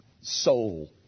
soul